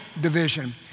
division